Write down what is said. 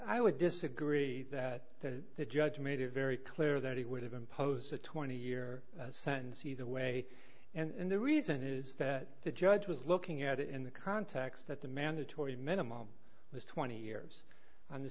i would disagree that the judge made it very clear that he would have imposed a twenty year sentence either way and the reason is that the judge was looking at it in the context that the mandatory minimum was twenty years on the